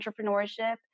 entrepreneurship